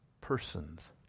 persons